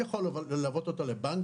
הוא יכול ללוות אותו לבנקים,